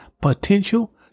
potential